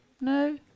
No